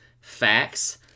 facts